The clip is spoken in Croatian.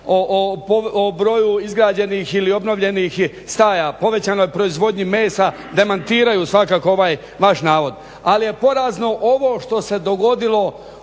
o broju izgrađenih ili obnovljenih staja, povećanoj proizvodnji mesa demantiraju svakako ovaj vaš navod. Ali je porazno ovo što se dogodilo